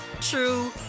true